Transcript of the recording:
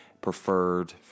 preferred